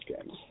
games